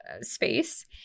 space